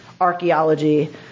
archaeology